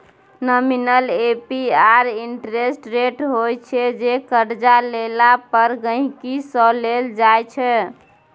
nominal A P R interest rate होइ छै जे करजा लेला पर गांहिकी सँ लेल जाइ छै